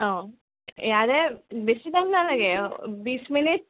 অঁ ইয়াৰে বেছি টাইম নালাগে বিছ মিনিট